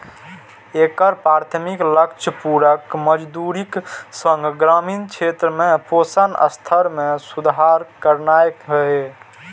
एकर प्राथमिक लक्ष्य पूरक मजदूरीक संग ग्रामीण क्षेत्र में पोषण स्तर मे सुधार करनाय रहै